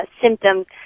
symptoms